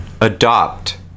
Adopt